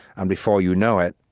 and before you know it,